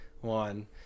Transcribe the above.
One